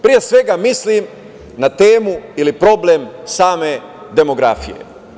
Pre svega mislim na temu ili problem same demografije.